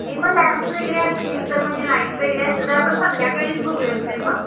ए मग लॅम्स वगैरे असतील तर म्हणजे लाईट वगैरे असेल तर आपण संध्याकाळीच बघूयात काय मग